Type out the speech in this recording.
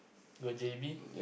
go J_B